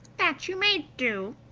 that you may do,